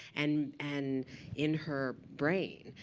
and and in her brain.